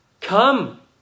come